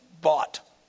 bought